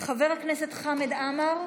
חבר הכנסת חמד עמאר,